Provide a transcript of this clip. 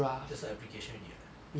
that's not application already [what]